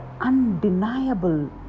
undeniable